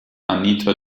anita